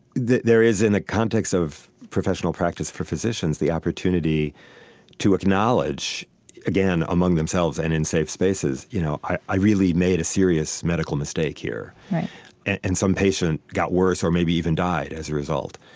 there is, in the context of professional practice for physicians, the opportunity to acknowledge again among themselves and in safe spaces you know i really made a serious medical mistake here right and some patient got worse, or maybe even died as a result.